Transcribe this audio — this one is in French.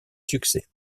succès